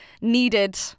needed